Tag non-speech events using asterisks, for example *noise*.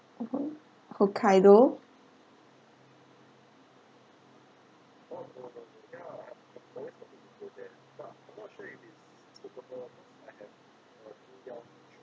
*noise* hokkaido